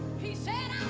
he said